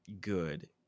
good